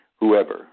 whoever